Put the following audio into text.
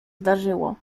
zdarzyło